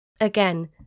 Again